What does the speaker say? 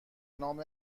نام